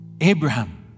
Abraham